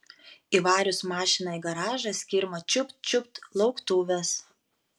įvarius mašiną į garažą skirma čiupt čiupt lauktuvės